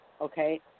okay